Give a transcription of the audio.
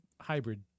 hybrid